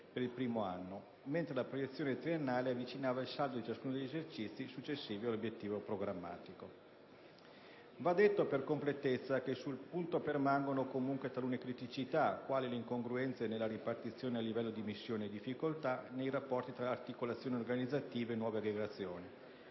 per il primo anno, mentre la proiezione triennale avvicinava il saldo di ciascuno degli esercizi successivi all'obiettivo programmatico. Va detto, per completezza, che sul punto permangono comunque talune criticità, quali le incongruenze nella ripartizione a livello di missioni e difficoltà nei rapporti tra articolazioni organizzative e nuove aggregazioni,